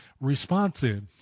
responsive